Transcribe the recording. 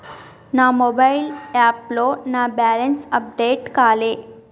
నా మొబైల్ యాప్లో నా బ్యాలెన్స్ అప్డేట్ కాలే